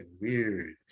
weird